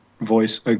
voice